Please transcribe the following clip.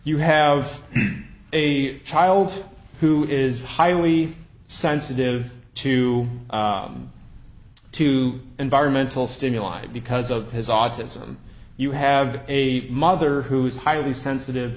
you have a child who is highly sensitive to to environmental stimuli because of his autism you have a mother who is highly sensitive